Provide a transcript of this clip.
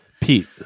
Pete